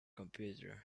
computer